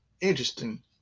interesting